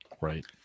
right